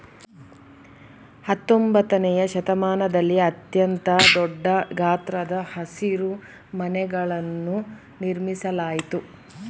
ಹತ್ತೊಂಬತ್ತನೆಯ ಶತಮಾನದಲ್ಲಿ ಅತ್ಯಂತ ದೊಡ್ಡ ಗಾತ್ರದ ಹಸಿರುಮನೆಗಳನ್ನು ನಿರ್ಮಿಸಲಾಯ್ತು